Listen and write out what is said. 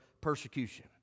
persecution